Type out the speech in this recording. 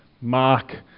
mark